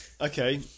Okay